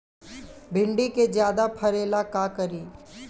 भिंडी के ज्यादा फरेला का करी?